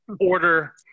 order